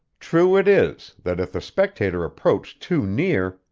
true it is, that if the spectator approached too near,